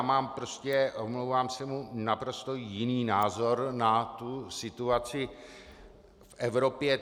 Mám prostě, omlouvám se mu, naprosto jiný názor na situaci v Evropě.